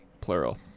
plural